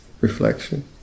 reflection